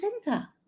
center